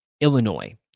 Illinois